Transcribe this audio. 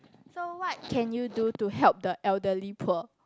so what can you do to help the elderly poor